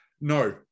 No